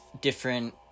different